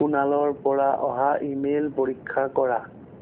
কুনালৰ পৰা অহা ইমেইল পৰীক্ষা কৰা